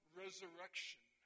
resurrection